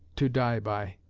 to die by.